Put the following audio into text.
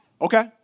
okay